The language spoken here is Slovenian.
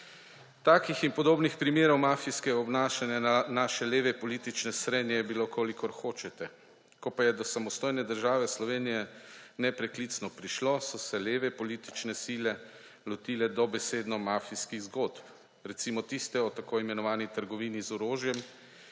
Takih in podobnih primerov mafijskega obnašanja naše leve politične srednje je bilo, kolikor hočete. Ko pa je do samostojne države Slovenije nepreklicno prišlo, so se leve politične sile lotile dobesedno mafijskih zgodb, recimo, tiste o tako imenovani trgovini z orožjem,